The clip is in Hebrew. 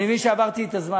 אני מבין שעברתי את הזמן.